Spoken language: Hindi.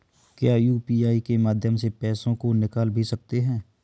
क्या यू.पी.आई के माध्यम से पैसे को निकाल भी सकते हैं?